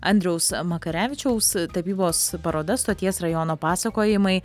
andriaus makarevičiaus tapybos paroda stoties rajono pasakojimai